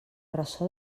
ressò